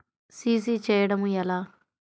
CC చేయడము ఎలా?